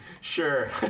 Sure